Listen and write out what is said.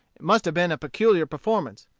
it must have been a peculiar performance.